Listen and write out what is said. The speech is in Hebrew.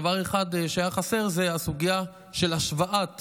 דבר אחד שהיה חסר הוא הסוגיה של השוואת